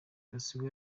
gasigwa